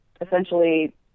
essentially